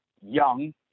young